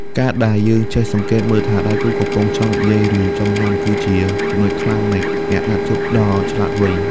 ការដែលយើងចេះសង្កេតមើលថាដៃគូកំពុងចង់និយាយ ឬចង់ញ៉ាំ គឺជាចំណុចខ្លាំងនៃអ្នកណាត់ជួបដ៏ឆ្លាតវៃ។